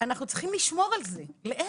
אנחנו צריכים לשמור על זה, להיפך.